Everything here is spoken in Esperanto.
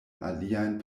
aliajn